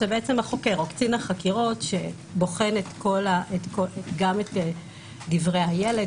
זה החוקר או קצין החקירות שבוחן גם את דברי הילד,